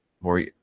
more